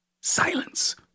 Silence